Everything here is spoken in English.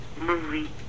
movie